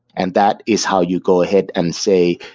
and that is how you go ahead and say,